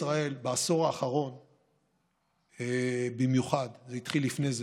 בעשור האחרון במיוחד, אבל זה התחיל לפני זה,